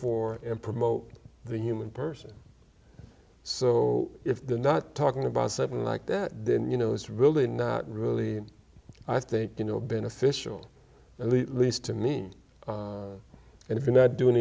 for and promote the human person so if they're not talking about seven like that then you know it's really not really i think you know beneficial in the least to me and if you're not doing